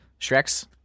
Shreks